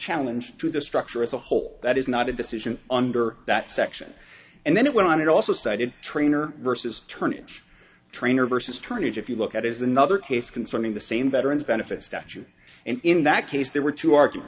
challenge to the structure as a whole that is not a decision under that section and then it went on it also cited trainer vs turnage trainer versus turner if you look at is another case concerning the same veteran's benefits statute and in that case there were two argu